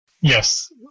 yes